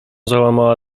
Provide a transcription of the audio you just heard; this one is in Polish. załamała